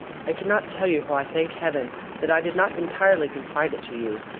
i cannot tell you how i thank heaven that i did not entirely confide it to you,